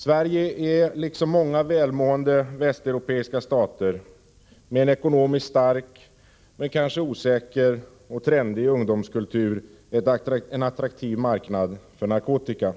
Sverige är liksom många andra välmående västeuropeiska stater, med en ekonomiskt stark men kanske osäker och trendig ungdomskultur, en attraktiv marknad för narkotikan.